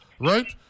right